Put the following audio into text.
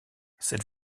cette